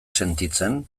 sentitzen